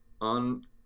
on